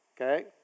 Okay